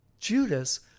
Judas